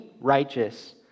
righteous